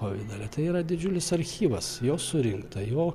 pavidale tai yra didžiulis archyvas jo surinkta jo